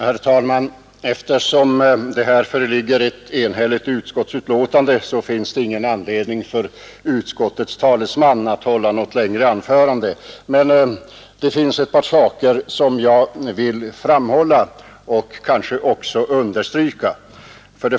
Herr talman! Eftersom det här föreligger ett enhälligt utskottsbetänkande finns det ingen anledning för utskottets talesman att hålla något längre anförande, men det är ändå ett par saker som jag vill framhålla och kanske också understryka.